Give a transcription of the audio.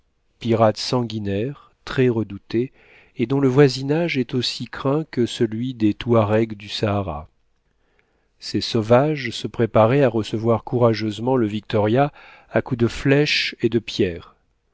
pirates sanguinaires très redoutés et dont le voisinage est aussi craint que celui des touareg du sahara ces sauvages se préparaient à recevoir courageusement le victoria à coups de flèches et de pierres